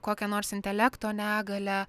kokią nors intelekto negalią